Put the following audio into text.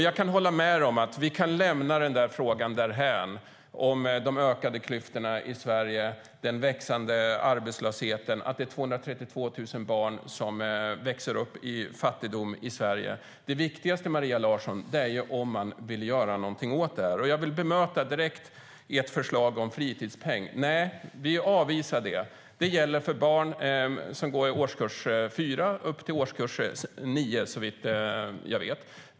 Jag kan hålla med dig om att vi kan lämna frågan därhän om de ökade klyftorna i Sverige, den växande arbetslösheten och att det är 232 000 barn som växer upp i fattigdom i Sverige. Det viktigaste, Maria Larsson, är om man vill göra någonting åt det. Jag vill direkt bemöta ert förslag om fritidspeng. Vi avvisar det. Det gäller för barn som går i årskurs 4 upp till årskurs 9, såvitt jag vet.